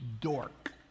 dork